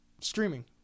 Streaming